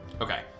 Okay